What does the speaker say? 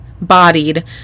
bodied